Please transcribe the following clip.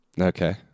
Okay